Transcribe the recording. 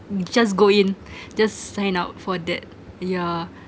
just go in just sign up for that yeah